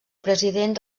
president